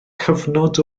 cyfnod